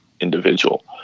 individual